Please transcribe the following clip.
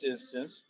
instance